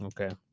Okay